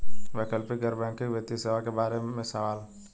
वैकल्पिक गैर बैकिंग वित्तीय सेवा के बार में सवाल?